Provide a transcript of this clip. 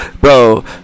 bro